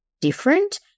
different